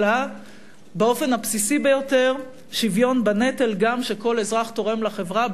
אלא באופן הבסיסי ביותר שוויון בנטל גם כשכל אזרח תורם לחברה,